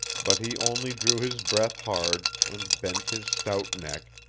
but he only drew his breath hard and bent his stout neck,